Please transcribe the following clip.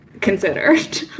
considered